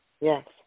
Yes